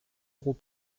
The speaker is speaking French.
euros